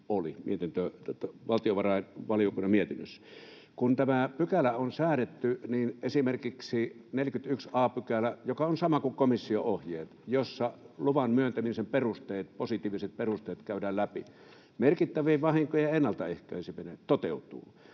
valtiovarainvaliokunnan mietinnössäkin oli. Kun tämä pykälä on säädetty, niin esimerkiksi 41 a §:ssä, joka on sama kuin komission ohjeet, luvan myöntämisen perusteet, positiiviset perusteet, käydään läpi: ”Merkittävien vahinkojen ennaltaehkäiseminen toteutuu.”